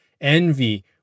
envy